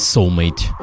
Soulmate